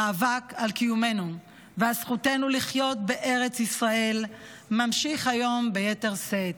המאבק על קיומנו ועל זכותנו לחיות בארץ ישראל ממשיך היום ביתר שאת,